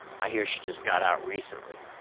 i hear she just got out recently.